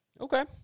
Okay